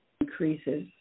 increases